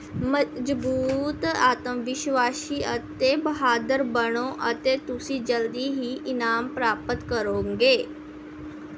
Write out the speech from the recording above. ਮਜ਼ਬੂਤ ਆਤਮ ਵਿਸ਼ਵਾਸੀ ਅਤੇ ਬਹਾਦਰ ਬਣੋ ਅਤੇ ਤੁਸੀਂ ਜਲਦੀ ਹੀ ਇਨਾਮ ਪ੍ਰਾਪਤ ਕਰੋਗੇ